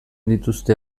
dituzte